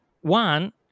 one